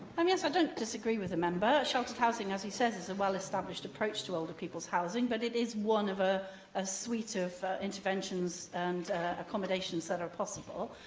um i don't disagree with the member. sheltered housing, as he says, is a well-established approach to older people's housing, but it is one of ah a suite of interventions and accommodations that are possible.